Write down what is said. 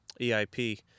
EIP